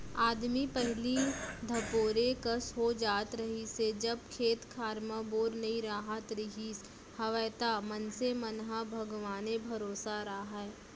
आदमी पहिली धपोरे कस हो जात रहिस हे जब खेत खार म बोर नइ राहत रिहिस हवय त मनसे मन ह भगवाने भरोसा राहय